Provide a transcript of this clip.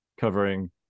covering